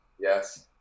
Yes